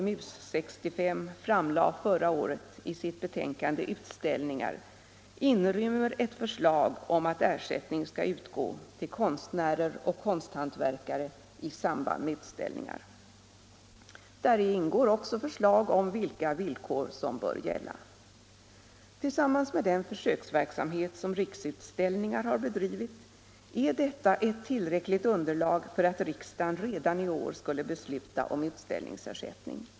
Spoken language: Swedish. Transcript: MUS 65 framlade förra året i sitt betänkande Utställningar inrymmer ett förslag om att ersättning skall utgå till konstnärer och konsthantverkare i samband med utställningar. Däri ingår också förslag om vilka villkor som bör gälla. Tillsammans med den försöksverksamhet som Riksutställningar har bedrivit är detta ett tillräckligt underlag för att riksdagen redan i år skulle besluta om utställningsersättning.